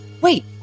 wait